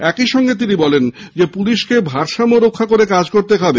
একই সঙ্গে তিনি বলেন পুলিশকে ভারসাম্য রক্ষা করে কাজ করতে হবে